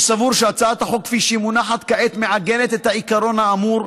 אני סבור שהצעת החוק כפי שהיא מונחת כעת מעגנת את העיקרון האמור,